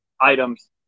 items